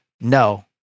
No